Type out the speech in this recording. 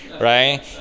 right